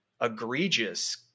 egregious